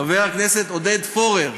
חבר הכנסת עודד פורר,